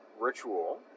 ritual